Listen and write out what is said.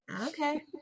Okay